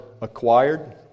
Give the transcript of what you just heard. acquired